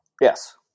Yes